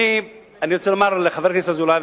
אני רוצה לומר לחבר הכנסת אזולאי,